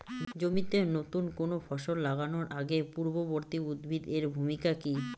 জমিতে নুতন কোনো ফসল লাগানোর আগে পূর্ববর্তী উদ্ভিদ এর ভূমিকা কি?